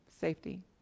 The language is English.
safety